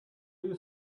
you